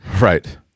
right